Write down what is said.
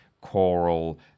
choral